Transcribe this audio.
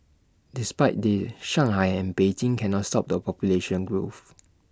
despite the Shanghai and Beijing cannot stop the population growth